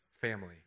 family